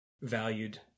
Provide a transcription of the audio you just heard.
valued